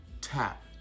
Tap